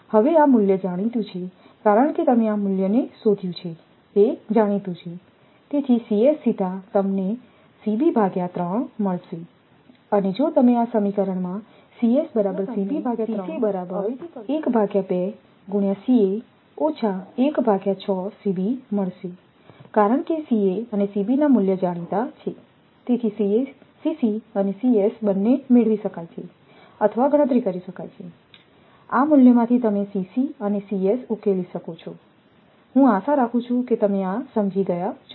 તેથી આ મૂલ્ય જાણીતું છે કારણ કે તમે આ મૂલ્યને શોધ્યું છે તે જાણીતું છે તેથી સીધા તમને મળશે અને જો તમે આ સમીકરણમાં અવેજી કરશો તો તમને મળશે કારણ કે અને ના મૂલ્ય જાણીતા છે તેથી અને બંને મેળવી શકાય છે અથવા ગણતરી કરી શકાય છે આ મૂલ્યમાંથી તમે ને ઉકેલી શકો છોહું આશા રાખું છું કે તમે આ સમજી ગયા છો